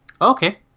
Okay